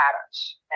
patterns